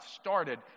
started